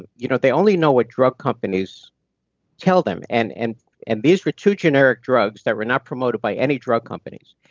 ah you know they only know what drug companies tell them, and and and these were two generic drugs that were not promoted by any drug companies.